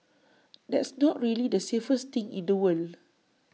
that's not really the safest thing in the world